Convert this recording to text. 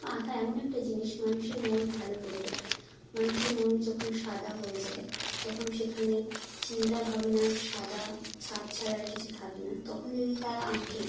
আঁকা এমন একটা জিনিস মানুষের মন ভালো করে দেয় মানুষের মন যখন সাদা হয়ে যায় যখন সেখানে চিন্তা ভাবনার সাদা ছাপ ছাড়া আর কিছু থাকে না তখন যদি তারা আঁকে